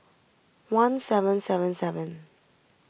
one seven seven seven